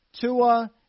Tua